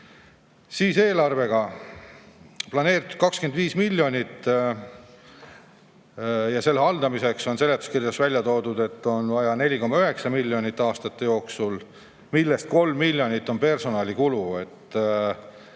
Eelarvesse on planeeritud 25 miljonit ja selle haldamiseks on seletuskirjas välja toodud, et on vaja 4,9 miljonit aastate jooksul, millest 3 miljonit on personalikulu.